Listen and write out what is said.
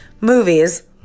movies